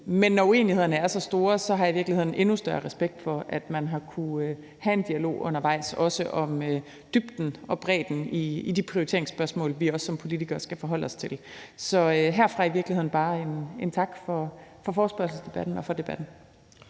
Men når uenighederne er så store, har jeg i virkeligheden endnu større respekt for, at man har kunnet have en dialog undervejs også om dybden og bredden i de prioriteringsspørgsmål, vi også som politikere skal forholde os til. Så herfra vil jeg i virkeligheden bare sige tak for forespørgselsdebatten og for debatten.